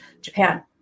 japan